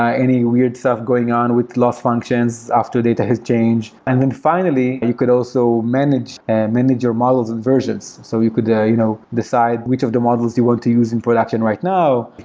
ah any weird stuff going on with loss functions after data has changed. and then finally, you could also manage and manage your models and versions. so you could yeah you know decide which of the models you want to use in production right now.